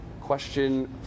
question